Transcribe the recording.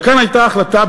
אבל כאן הייתה החלטה,